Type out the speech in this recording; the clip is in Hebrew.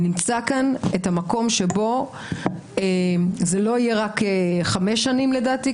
ונמצא כאן את המקום שבו זה לא יהיה רק חמש שנים לדעתי,